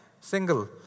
single